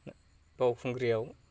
बावखुंग्रियाव